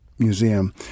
museum